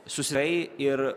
su svei ir